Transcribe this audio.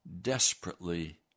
desperately